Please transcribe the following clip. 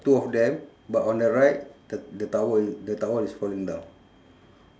two of them but on the right the the towel the towel is falling down